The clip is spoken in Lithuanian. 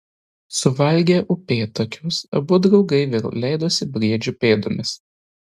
suvalgę upėtakius abu draugai vėl leidosi briedžio pėdomis